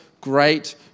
great